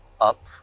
up